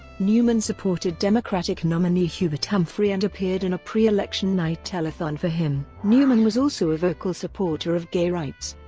newman supported democratic nominee hubert humphrey and appeared in a pre-election night telethon for him. newman was also a vocal supporter of gay rights.